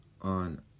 on